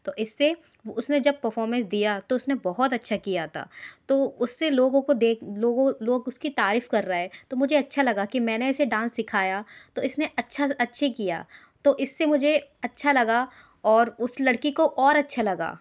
तो इससे उसने जब परफॉर्मेंस दिया तो उसने बहुत अच्छा किया था तो उससे लोगों को देख लोगों लोग उसकी तारीफ कर रहे तो मुझे अच्छा लगा कि मैंने इसे डांस सिखाया तो इसमें अच्छा से अच्छे किया तो इससे मुझे अच्छा लगा और उस लड़की को और अच्छा लगा